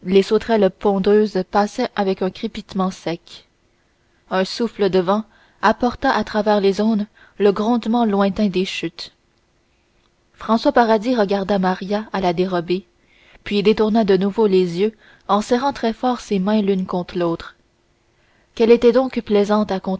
les sauterelles pondeuses passaient avec un crépitement sec un souffle de vent apporta à travers les aunes le grondement lointain des chutes françois paradis regarda maria à la dérobée puis détourna de nouveau les yeux en serrant très fort ses mains l'une contre l'autre qu'elle était donc plaisante à